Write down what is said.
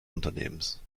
unternehmens